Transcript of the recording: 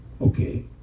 Okay